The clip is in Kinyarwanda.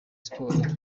siporo